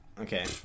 Okay